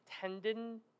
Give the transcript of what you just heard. tendon